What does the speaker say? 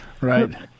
Right